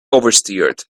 oversteered